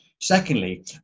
secondly